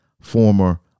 former